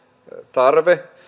tarve